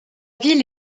ville